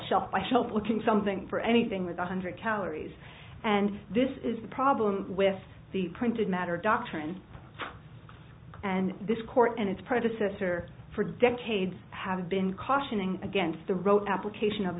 help looking something for anything with one hundred calories and this is the problem with the printed matter doctrine and this court and its predecessor for decades have been cautioning against the rote application of